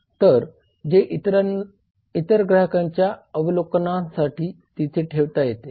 तर जे इतर ग्राहकांच्या अवलोकनासाठी तिथे ठेवता येते